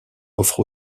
offre